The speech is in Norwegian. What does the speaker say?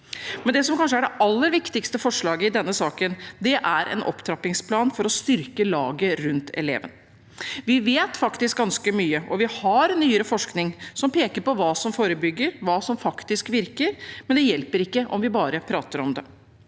Men det som kanskje er det aller viktigste forslaget i denne saken, er en opptrappingsplan for å styrke laget rundt eleven. Vi vet faktisk ganske mye, og vi har nyere forskning som peker på hva som forebygger, hva som faktisk virker, men det hjelper ikke om vi bare prater om det.